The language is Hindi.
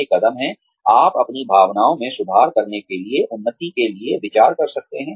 ये कदम हैं आप अपनी संभावनाओं में सुधार करने के लिए उन्नति के लिए विचार कर सकते हैं